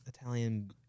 Italian